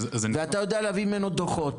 ואתה יודע להביא ממנו דו"חות,